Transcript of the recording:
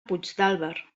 puigdàlber